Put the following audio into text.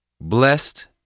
Blessed